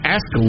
Ask